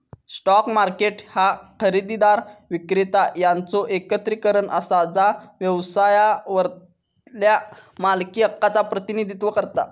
stock market ह्या खरेदीदार, विक्रेता यांचो एकत्रीकरण असा जा व्यवसायावरल्या मालकी हक्कांचा प्रतिनिधित्व करता